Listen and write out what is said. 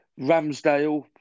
Ramsdale